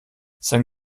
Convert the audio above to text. sein